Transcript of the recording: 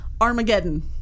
Armageddon